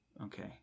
Okay